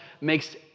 makes